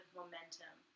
momentum